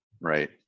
right